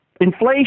inflation